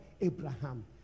Abraham